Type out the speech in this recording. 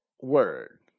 word